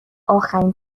آخرین